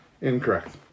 Incorrect